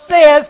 says